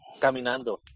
Caminando